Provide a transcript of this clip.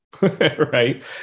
right